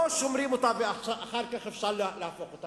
לא שומרים אותה ואחר כך אפשר להפוך את זה.